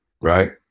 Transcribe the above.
Right